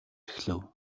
эхлэв